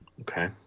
Okay